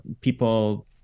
people